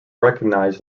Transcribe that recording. recognized